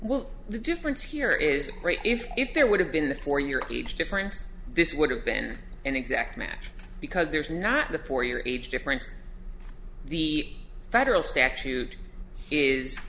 well the difference here is great if there would have been the for your age difference this would have been an exact match because there's not the four year age difference the federal statute is